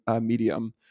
Medium